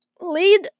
lead